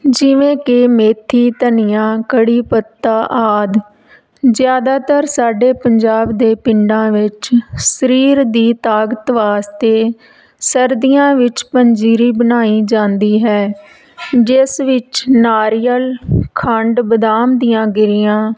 ਜਿਵੇਂ ਕਿ ਮੇਥੀ ਧਨੀਆ ਕੜ੍ਹੀ ਪੱਤਾ ਆਦਿ ਜ਼ਿਆਦਾਤਰ ਸਾਡੇ ਪੰਜਾਬ ਦੇ ਪਿੰਡਾਂ ਵਿੱਚ ਸਰੀਰ ਦੀ ਤਾਕਤ ਵਾਸਤੇ ਸਰਦੀਆਂ ਵਿੱਚ ਪੰਜੀਰੀ ਬਣਾਈ ਜਾਂਦੀ ਹੈ ਜਿਸ ਵਿੱਚ ਨਾਰੀਅਲ ਖੰਡ ਬਦਾਮ ਦੀਆਂ ਗਿਰੀਆਂ